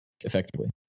effectively